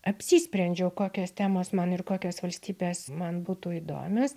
apsisprendžiau kokios temos man ir kokios valstybės man būtų įdomios